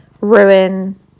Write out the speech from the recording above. ruin